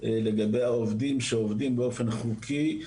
לגבי העובדים שעובדים באופן חוקי,